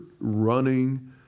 running